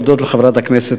ראשית ארצה להודות לחברת הכנסת,